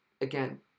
Again